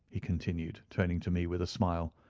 he continued, turning to me with a smile,